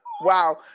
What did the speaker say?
Wow